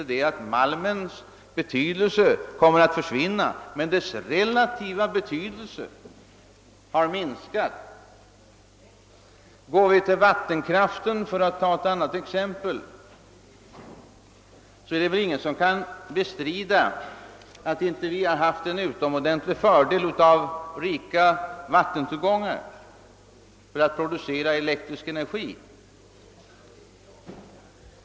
Beträffande vattenkraften — för att ta ett annat exempel är det väl ingen som kan bestrida att vi haft en utomordentlig fördel av våra rika vattentillgångar vid produktionen av elektrisk energi.